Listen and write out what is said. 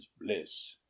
bliss